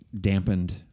dampened